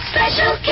Special